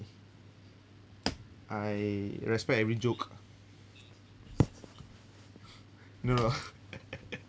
I respect every joke no no